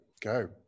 Go